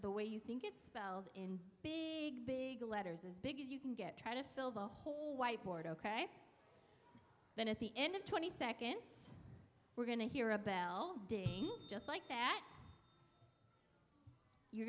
the way you think it spelled in big big letters as big as you can get try to fill the whole whiteboard ok then at the end of twenty seconds we're going to hear a bell just like that you're